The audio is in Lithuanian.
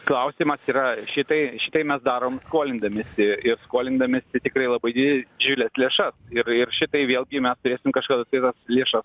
klausimas yra šitai šitai mes darom skolindamiesi ir skolindamiesi tikrai labai didžiules lėšas ir ir šitai vėlgi mes turėsim kažkada tai lėšas